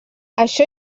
això